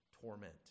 torment